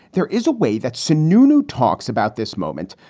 there is a way that sununu talks about this moment.